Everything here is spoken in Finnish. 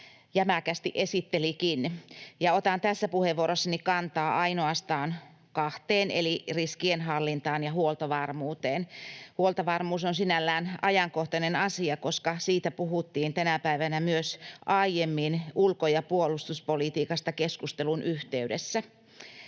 jämäkästi esittelikin. Ja otan tässä puheenvuorossani kantaa ainoastaan kahteen eli riskienhallintaan ja huoltovarmuuteen. Huoltovarmuus on sinällään ajankohtainen asia. Siitä puhuttiin tänä päivänä aiemmin ulko- ja puolustuspolitiikan keskustelun yhteydessä.